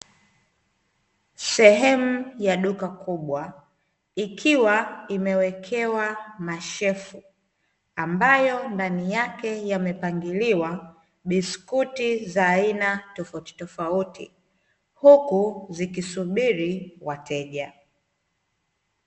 Sehemu ya duka kubwa, ikiwa imewekewa mashefu, ambayo ndani yake yamepangiliwa biskuti za aina tofautitofauti, huku zikisubiri wateja.